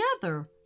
together